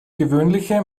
gewöhnliche